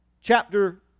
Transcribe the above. chapter